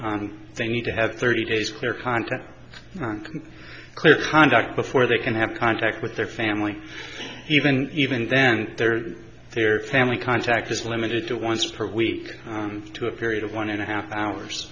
they need to have thirty days clear contact clear conduct before they can have contact with their family even even then their their family contact is limited to once per week to a period of one and a half